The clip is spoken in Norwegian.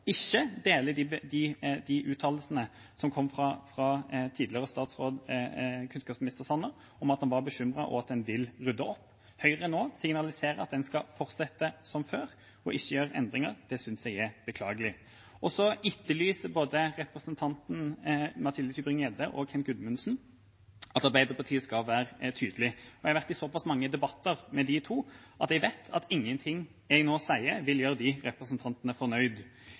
ikke er enig i de uttalelsene som kom fra tidligere kunnskapsminister Sanner, om at han var bekymret og at han vil rydde opp. Høyre signaliserer nå at man skal fortsette som før og ikke gjøre endringer. Det synes jeg er beklagelig. Så etterlyser både representanten Mathilde Tybring-Gjedde og representanten Kent Gudmundsen at Arbeiderpartiet skal være tydelige. Jeg har vært i såpass mange debatter med de to at jeg vet at ingenting jeg nå sier, vil gjøre representantene fornøyd.